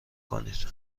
کنید